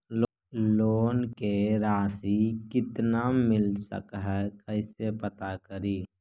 Loan के रासि कितना मिल सक है कैसे पता करी?